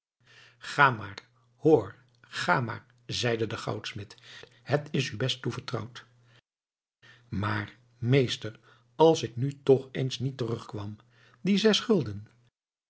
ga maar hoor ga maar zeide de goudsmid het is u best toevertrouwd maar meester als ik nu tch eens niet terug kwam die zes gulden